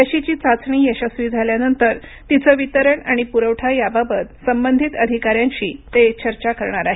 लशीची चाचणी यशस्वी झाल्यानंतर तिचं वितरण आणि पुरवठा याबाबत संबंधित अधिकाऱ्यांशी ते चर्चा करणार आहेत